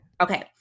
Okay